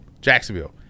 Jacksonville